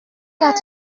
got